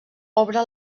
obre